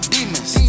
Demons